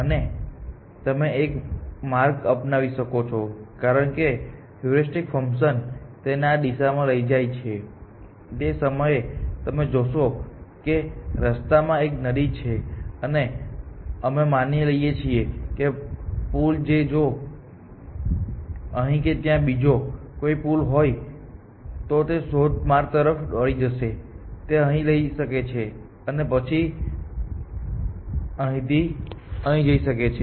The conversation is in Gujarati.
અને તમે એક માર્ગ અપનાવી શકો છો કારણ કે હુર્રિસ્ટિક ફંકશન તેને આ દિશામાં લઈ જાય છે અને તે સમયે તમે જોશો કે રસ્તામાં એક નદી છે અને અમે માની લઈએ છીએ કે પુલ જે જો અહીં કે ત્યાં બીજો કોઈ પુલ હોય તો તે શોધ માર્ગ તરફ દોરી જશે તે અહીંથી જઈ શકે છે અને પછી તે અહીંથી અહીં જઈ શકે છે